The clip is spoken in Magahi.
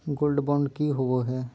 गोल्ड बॉन्ड की होबो है?